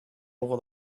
over